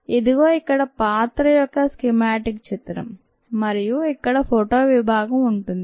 ఇదిగో ఇక్కడ పాత్ర యొక్క స్కీమాటిక్ చిత్రం మరియు ఇక్కడ ఫోటో విభాగం ఉంటుంది